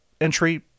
entry